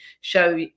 show